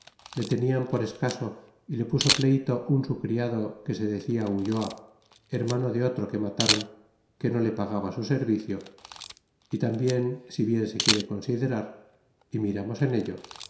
je tenian por escaso y le puso pleyto un su criado queso decia ulloa hermamo de otro que matron que no le pagaba su servicio y tambiea si bien se quiere considerar y miramos en ello